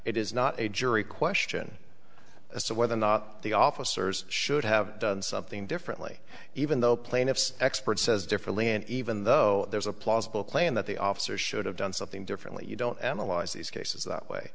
it is not a jury question as to whether or not the officers should have done something differently even though plaintiffs expert says differently and even though there's a plausible claim that the officer should have done something differently you don't analyze these cases that way